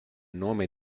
nome